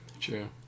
True